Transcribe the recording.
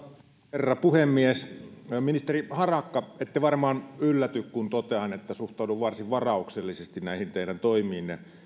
herra puhemies ministeri harakka ette varmaan ylläty kun totean että suhtaudun varsin varauksellisesti näihin teidän toimiinne